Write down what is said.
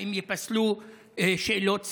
האם ייפסלו שאלות ספציפיות?